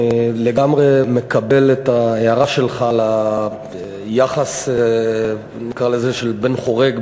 אני לגמרי מקבל את ההערה שלך על היחס של בן חורג,